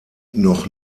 noch